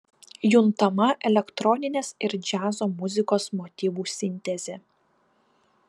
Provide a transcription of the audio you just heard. juntama elektroninės ir džiazo muzikos motyvų sintezė